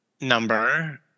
number